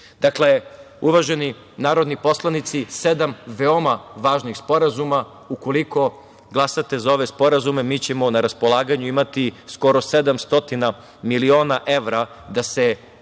pet. Dakle, uvaženi narodni poslanici, sedam veoma važnih sporazuma. Ukoliko glasate za ove sporazume, mi ćemo na raspolaganju imati skoro 700 miliona evra da se još